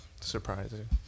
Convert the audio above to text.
surprising